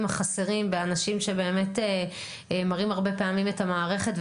החסרים באנשים שבאמת מראים הרבה פעמים את המערכת,